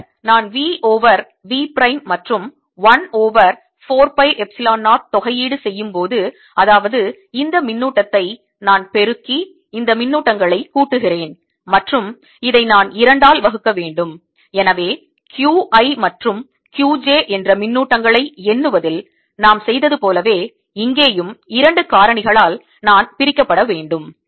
பின்னர் நான் v over v prime மற்றும் 1 ஓவர் 4 பை எப்சிலோன் 0 தொகையீடு செய்யும் போது அதாவது இந்த மின்னூட்டத்தை நான் பெருக்கி இந்த மின்னூட்டங்களை கூட்டுகிறேன் மற்றும் இதை நான் இரண்டால் வகுக்க வேண்டும் எனவே Q i மற்றும் Q j என்ற மின்னூட்டங்களை எண்ணுவதில் நாம் செய்தது போலவே இங்கேயும் இரண்டு காரணிகளால் நான் பிரிக்கப்பட வேண்டும்